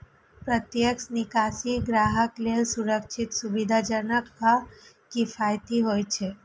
प्रत्यक्ष निकासी ग्राहक लेल सुरक्षित, सुविधाजनक आ किफायती होइ छै